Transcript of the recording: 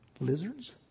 lizards